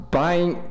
buying